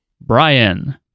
Brian